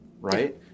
right